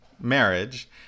marriage